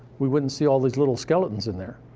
we wouldn't see all these little skeletons in there.